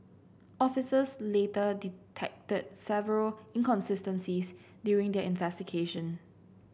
officers later detected several inconsistencies during their investigation